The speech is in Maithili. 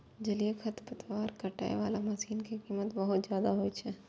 जलीय खरपतवार काटै बला मशीन के कीमत बहुत जादे होइ छै